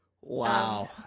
Wow